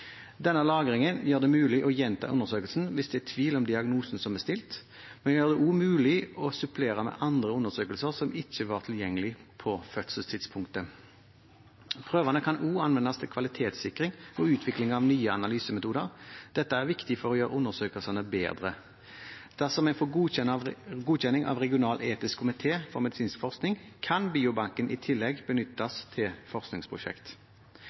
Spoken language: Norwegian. Denne lagringen gjør det mulig å gjenta undersøkelsen hvis det er tvil om diagnosen som er stilt, men den gjør det også mulig å supplere med andre undersøkelser som ikke var tilgjengelige på fødselstidspunktet. Prøvene kan også anvendes til kvalitetssikring og utvikling av nye analysemetoder. Dette er viktig for å gjøre undersøkelsene bedre. Dersom en får godkjenning av den regionale etiske komiteen for medisinsk forskning, kan biobanken i tillegg benyttes til forskningsprosjekt.